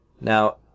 now